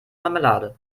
marmelade